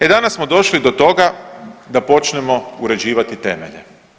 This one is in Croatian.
E danas smo došli do toga da počnemo uređivati temelje.